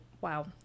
wow